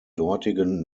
dortigen